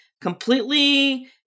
completely